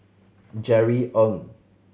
Jerry Ng